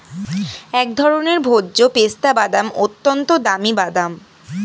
এক ধরনের ভোজ্য পেস্তা বাদাম, অত্যন্ত দামি বাদাম